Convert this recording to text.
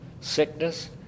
Sickness